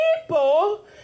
people